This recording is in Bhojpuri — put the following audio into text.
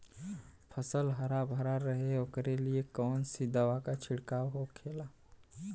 फसल हरा भरा रहे वोकरे लिए कौन सी दवा का छिड़काव होखेला?